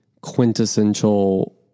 quintessential